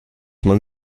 man